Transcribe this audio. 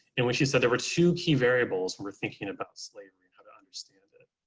and when she said there were two key variables when we're thinking about slavery, how to understand it.